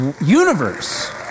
universe